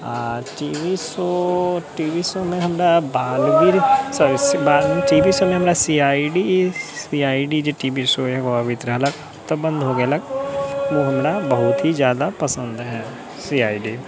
आ T V show मे हमरा Baalveer sorry T V show मे हमरा सी आइ डी जे टी वी शो एगो अबैत रहले अब त बन्द हो गेलै ओ हमरा बहुत ही जादा पसन्द है सी आइ डी